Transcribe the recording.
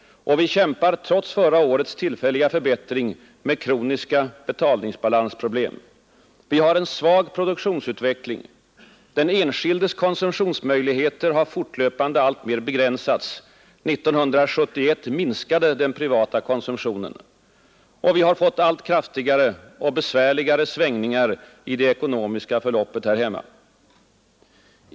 Vi kämpar — trots förra årets tillfälliga förbättring — med kroniska betalningsbalansproblem. Vi har en svag produktionsutveckling. Den enskildes konsumtionsmöjligheter har fortlöpande alltmer begränsats. 1971 minskade den privata konsumtionen. Vi har fått allt kraftigare och besvärligare svängningar i det ekonomiska förloppet här hemma.